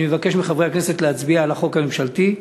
אני מבקש מחברי הכנסת להצביע בעד החוק הממשלתי,